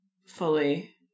fully